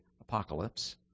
apocalypse